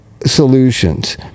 solutions